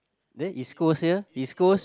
there East Coast here East Coast